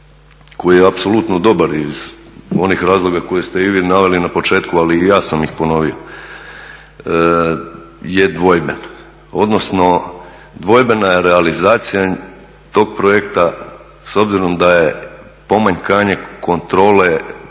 koji je apsolutno dobar iz onih razloga koje ste i vi naveli na početku ali i ja sam ih ponovio je dvojben odnosno dvojbena je realizacija tog projekta s obzirom da je pomanjkanje kontrole